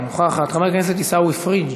אינה נוכחת, חבר הכנסת עיסאווי פריג'